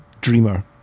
Dreamer